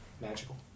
magical